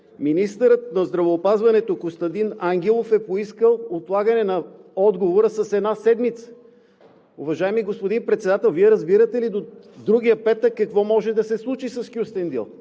министърът на здравеопазването Костадин Ангелов е поискал отлагане на отговора с една седмица. Уважаеми господин Председател, Вие разбирате ли до другия петък какво може да се случи с Кюстендил?